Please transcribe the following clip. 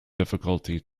difficulty